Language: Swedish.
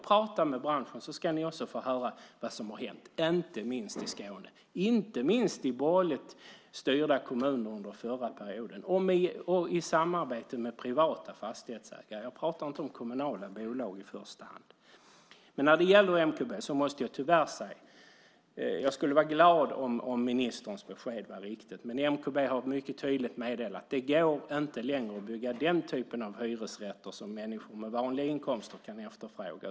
Prata med branschen ska ni få höra vad som hänt, inte minst i Skåne och inte minst i borgerligt styrda kommuner under förra perioden i samarbete med privata fastighetsägare. Jag pratar inte om kommunala bolag i första hand. När det gäller MKB skulle jag vara glad om ministerns besked var riktigt, men MKB har tydligt meddelat att det inte längre går att bygga den typ av hyresrätter som människor med vanliga inkomster kan efterfråga.